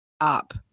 up